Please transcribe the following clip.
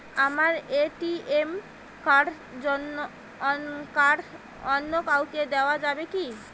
আমার ATM card অন্য কাউকে দেওয়া যাবে কি?